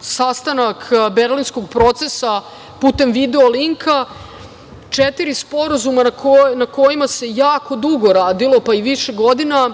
sastanak Berlinskog procesa putem video linka, četiri sporazuma na kojima se jako dugo radilo, pa i više godina